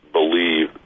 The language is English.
believe